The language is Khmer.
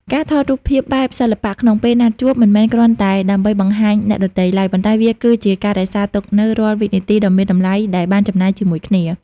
ការថតរូបភាពបែបសិល្បៈ ក្នុងពេលណាត់ជួប មិនមែនគ្រាន់តែដើម្បីបង្ហាញអ្នកដទៃឡើយ ប៉ុន្តែវាគឺជាការរក្សាទុកនូវរាល់វិនាទីដ៏មានតម្លៃដែលបានចំណាយជាមួយគ្នា។